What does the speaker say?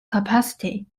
capacity